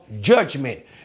judgment